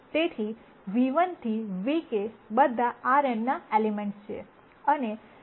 તેથી ν₁ થી νk બધા Rn ના એલિમેન્ટસ છે